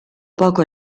poco